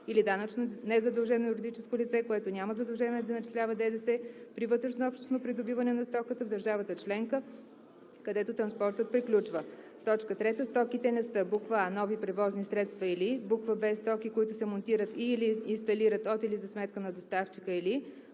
или данъчно незадължено юридическо лице, което няма задължение да начислява ДДС при вътреобщностно придобиване на стоката в държавата членка, където транспортът приключва; 3. стоките не са: а) нови превозни средства, или б) стоки, които се монтират и/или инсталират от или за сметка на доставчика, или